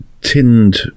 tinned